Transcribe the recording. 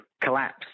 collapse